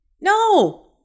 No